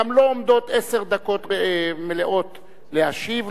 גם לו עומדות עשר דקות מלאות להשיב.